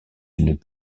une